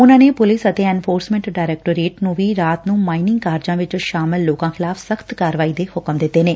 ਉਨੂਾ ਨੇ ਪੁਲੀਸ ਅਤੇ ਐਨਫੋਰਸਮੈਟ ਡਾਇਰਕੈਟੋਰੇਟ ਨੂੰ ਵੀ ਰਾਤ ਨੂੰ ਮਾਈਨਿੰਗ ਕਾਰਜਾਂ ਵਿਚ ਸ਼ਾਮਲ ਲੋਕਾਂ ਖਿਲਾਫ਼ ਸਖ਼ਤ ਕਾਰਵਾਈ ਦੇ ਹੁਕਮ ਦਿੱਤੇ ਨੇ